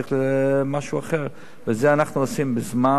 צריך משהו אחר, ואת זה אנחנו עושים בזמן.